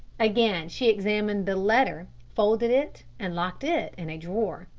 again she examined the letter, folded it and locked it in a drawer.